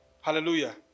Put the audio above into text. Hallelujah